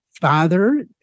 father